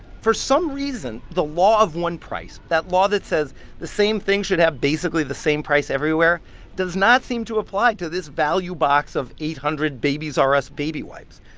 for some reason, the law of one price that law that says the same thing should have basically the same price everywhere does not seem to apply to this value box of eight hundred babies r us baby wipes.